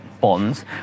bonds